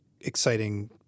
exciting